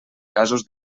casos